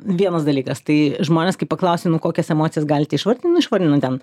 vienas dalykas tai žmonės kai paklausiu nu kokias emocijas galite išvardint nu išvardina ten